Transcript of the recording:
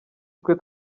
twe